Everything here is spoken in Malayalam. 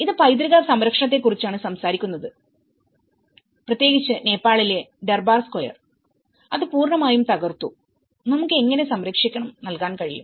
ഇത് പൈതൃക സംരക്ഷണത്തെക്കുറിച്ചാണ് സംസാരിക്കുന്നത് പ്രത്യേകിച്ച് നേപ്പാളിലെ ദർബാർ സ്ക്വയർ അത് പൂർണ്ണമായും തകർത്തു നമുക്ക് എങ്ങനെ സംരക്ഷണം നൽകാൻ കഴിയും